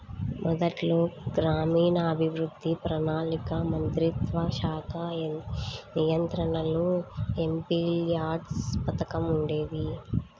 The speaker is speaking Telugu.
మొదట్లో గ్రామీణాభివృద్ధి, ప్రణాళికా మంత్రిత్వశాఖ నియంత్రణలో ఎంపీల్యాడ్స్ పథకం ఉండేది